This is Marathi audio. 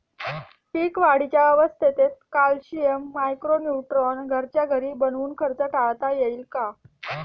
पीक वाढीच्या अवस्थेत कॅल्शियम, मायक्रो न्यूट्रॉन घरच्या घरी बनवून खर्च टाळता येईल का?